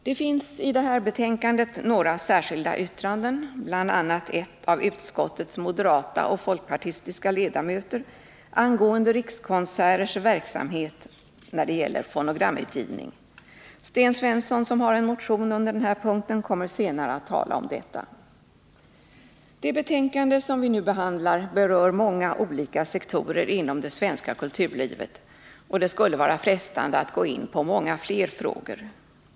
Det finns några särskilda yttranden vid betänkandet, bl.a. ett av utskottets moderata och folkpartistiska ledamöter angående Rikskonserters verksamhet beträffande fonogramutgivning. Sten Svensson, som har en motion under denna punkt, kommer senare att tala om detta. Det betänkande vi nu behandlar berör många olika sektorer inom det svenska kulturlivet, och det skulle vara frestande att gå in på många fler frågor.